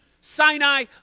Sinai